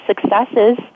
successes